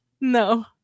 no